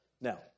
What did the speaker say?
Now